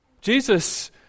Jesus